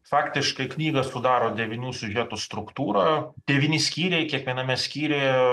faktiškai knygą sudaro devynių siužetų struktūra devyni skyriai kiekviename skyriuje